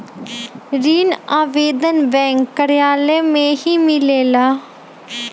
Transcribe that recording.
ऋण आवेदन बैंक कार्यालय मे ही मिलेला?